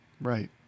Right